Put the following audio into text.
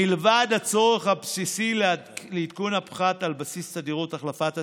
מלבד הצורך הבסיסי לעדכון הפחת על בסיס תדירות החלפת הציוד,